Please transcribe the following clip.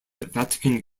vatican